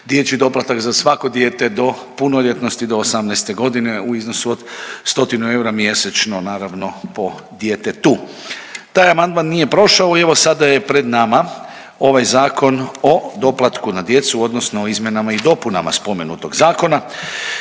dječji doplatak za svako dijete do punoljetnosti, do 18. godine u iznosu od 100 eura mjesečno, naravno po djetetu. Taj amandman nije prošao i evo sada je pred nama ovaj zakon o doplatku na djecu odnosno o izmjenama i dopunama spomenutog zakona.